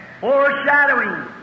Foreshadowing